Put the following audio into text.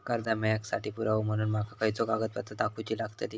कर्जा मेळाक साठी पुरावो म्हणून माका खयचो कागदपत्र दाखवुची लागतली?